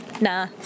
Nah